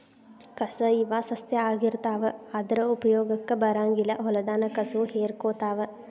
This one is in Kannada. ಕಸಾ ಇವ ಸಸ್ಯಾ ಆಗಿರತಾವ ಆದರ ಉಪಯೋಗಕ್ಕ ಬರಂಗಿಲ್ಲಾ ಹೊಲದಾನ ಕಸುವ ಹೇರಕೊತಾವ